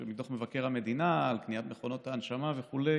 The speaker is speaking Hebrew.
שזה דוח מבקר המדינה על קניית מכונות ההנשמה וכו'.